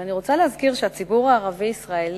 אני רוצה להזכיר שהציבור הערבי-הישראלי